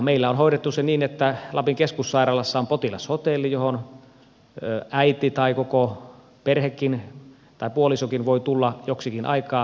meillä on hoidettu se niin että lapin keskussairaalassa on potilashotelli johon äiti tai koko perhekin tai puolisokin voi tulla joksikin aikaa hyvissä ajoin